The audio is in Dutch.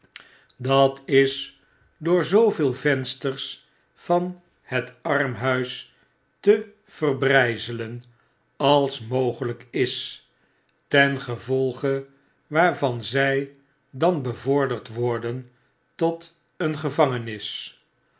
dat is door zooveel vensters van het armhuis te verbrjjzelen als mogelflk is ten gevolge waarvan zy dan bevorderd worden tot een gevangenis